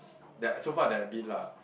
there so far they have been lah